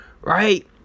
right